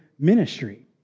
Ministry